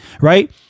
right